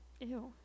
Ew